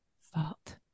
fault